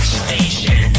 station